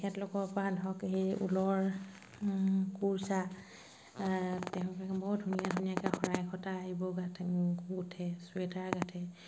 সিহঁতলোকৰ পৰা ধৰক সেই ঊলৰ কোৰ্চা আ তেওঁলোকে বৰ ধুনীয়া ধুনীয়াকৈ শৰাই ঢকা এইবোৰ গাঁঠে গোঁঠে চুৱেটাৰ গাঁঠে